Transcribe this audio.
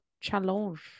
Challenge